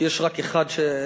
כי יש רק אחד שאיכשהו,